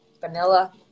Vanilla